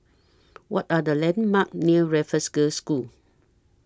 What Are The landmarks near Raffles Girls' School